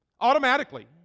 Automatically